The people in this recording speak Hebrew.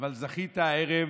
אבל זכית הערב.